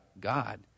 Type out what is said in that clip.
God